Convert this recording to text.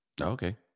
Okay